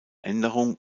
änderung